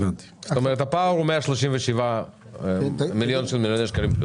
זאת אומרת, הפער הוא 137 מיליון שקלים.